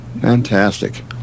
Fantastic